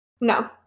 No